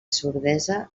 sordesa